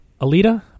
Alita